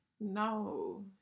No